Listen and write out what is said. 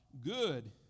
good